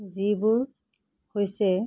যিবোৰ হৈছে